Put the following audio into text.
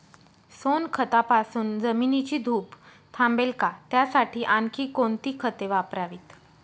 सोनखतापासून जमिनीची धूप थांबेल का? त्यासाठी आणखी कोणती खते वापरावीत?